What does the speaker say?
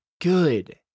good